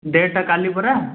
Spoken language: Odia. ଡେଟ୍ଟା କାଲି ପରା